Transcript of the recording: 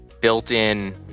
built-in